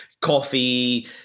coffee